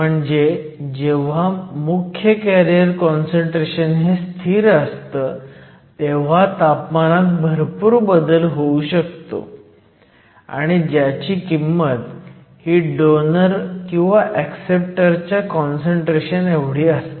म्हणजे जेव्हा मुख्य कॅरियरचं काँसंट्रेशन हे स्थिर असतं तेव्हा तापमानात भरपूर बदल होऊ शकतो आणि ज्याची किंमत ही डोनर किंवा ऍक्सेप्टर च्या काँसंट्रेशन एवढी असते